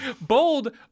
Bold